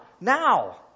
now